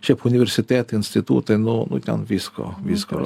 šiaip universitetai institutai nu nu ten visko visko